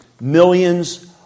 millions